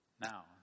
Now